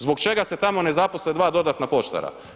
Zbog čega se tamo ne zaposle 2 dodatna poštara?